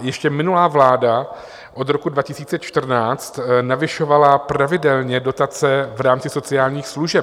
Ještě minulá vláda od roku 2014 navyšovala pravidelně dotace v rámci sociálních služeb.